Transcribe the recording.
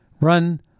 run